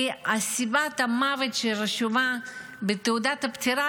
כי סיבת המוות שרשומה בתעודת הפטירה,